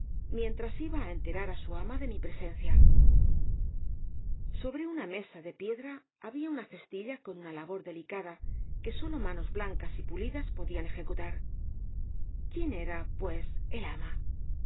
mientras iba á enterar á su ama de mi presencia sobre una mesa de piedra había una cestilla con una labor delicada que sólo manos blancas y pulidas podían ejecutar quién era pues el ama